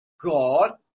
God